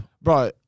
Bro